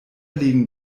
legen